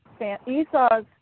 Esau's